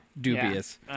Dubious